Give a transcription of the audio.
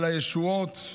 על הישועות,